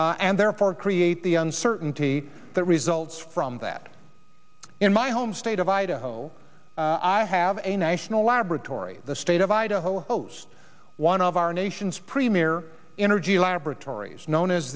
be and therefore create the uncertainty that results from that in my home state of idaho i have a national laboratory the state of idaho those one of our nation's premier energy laboratories known as